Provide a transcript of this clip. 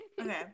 okay